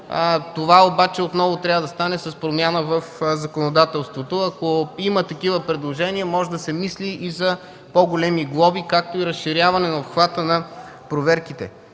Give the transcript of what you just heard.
Това отново трябва да стане с промяна в законодателството. Ако има такива предложения, може да се мисли и за по-големи глоби, както и разширяване обхвата на проверките.